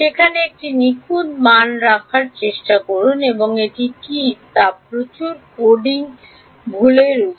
সেখানে একটি নিখুঁত মান রাখার চেষ্টা করুন এটি কী তা হল প্রচুর কোডিং ভুলের উত্স